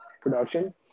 production